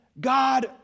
God